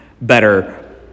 better